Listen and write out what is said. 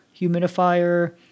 humidifier